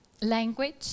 language